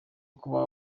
kuba